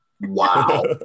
Wow